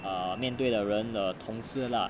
err 面对的人的同事 lah